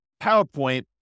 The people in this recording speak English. PowerPoint